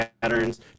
patterns